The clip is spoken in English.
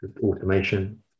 automation